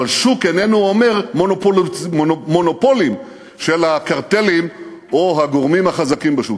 אבל שוק איננו אומר מונופולים של הקרטלים או הגורמים החזקים בשוק.